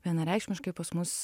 vienareikšmiškai pas mus